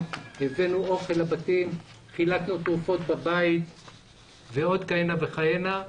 והבאנו אוכל לבתים וחילקנו תרופות בבית ועוד כהנה וכהנה.